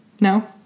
No